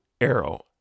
Arrow